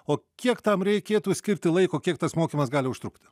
o kiek tam reikėtų skirti laiko kiek tas mokymas gali užtrukti